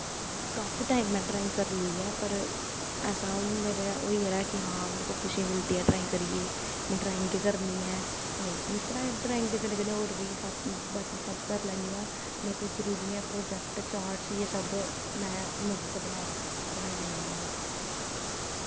काफी टाईम में ड्राईंग करी लेई ऐ पर ऐसा हून मेरा होई गेदा ऐ कि हां मेरे को खुशी मिलदी ऐ ड्राईंग करियै में ड्राईंग गै करनी ऐ नेईं में पढ़ाई ड्राईंग दे कन्नै कन्नै होर बी कम्म बाकी सब करी लैन्नी आं मतलब कोई जरूरी निं ऐ प्रोजैक्ट चार्ट एह् सब में मज़े से बना सक बनाई लैन्नी आं हून